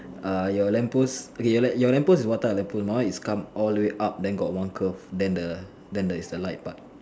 err your lamppost okay your your lamppost is what kind of lamppost my one is come all the way up and then got one curve then the then the is the light part